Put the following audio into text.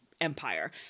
empire